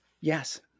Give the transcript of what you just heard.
Yes